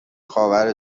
خاور